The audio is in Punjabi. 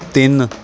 ਤਿੰਨ